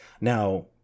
Now